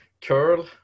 curl